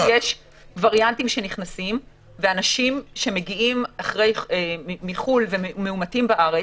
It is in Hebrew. יש וריאנטים שנכנסים ואנשים שמגיעים מחו"ל ומאומתים בארץ,